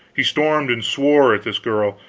he stormed and swore at this girl,